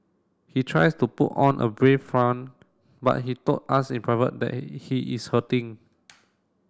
he tries to put on a brave front but he told us in private that he is hurting